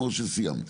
או שסיימת?